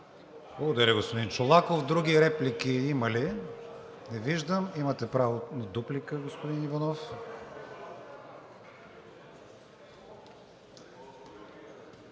Благодаря, господин Чолаков. Други реплики има ли? Не виждам. Имате право на дуплика, господин Иванов.